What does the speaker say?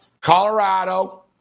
Colorado